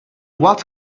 what